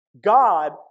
God